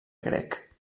grec